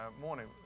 Morning